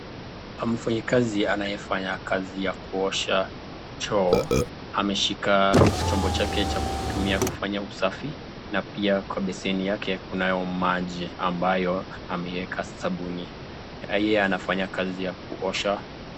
Mfanyikazi anayefanya kazi ya kuosha choo ameshika chombo chake cha kutumia kufanya usafi na piwa kwa besheni lake kunayo maji ambayo ameeka sabuni. Raia anafanya kazi ya kuosha.